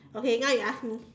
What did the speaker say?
okay now you ask me